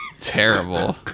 terrible